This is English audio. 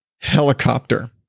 helicopter